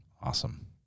awesome